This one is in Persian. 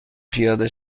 پیاده